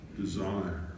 desire